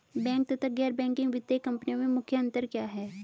Bank तथा गैर banking वित्तीय कंपनियों में मुख्य अंतर क्या है?